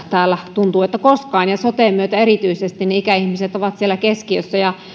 täällä tuntuu siltä soten myötä erityisesti ikäihmiset ovat siellä keskiössä ja